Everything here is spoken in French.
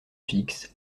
fixes